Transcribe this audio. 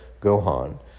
Gohan